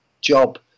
job